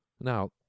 Now